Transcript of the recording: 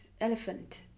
elephant